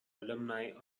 alumni